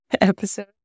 episode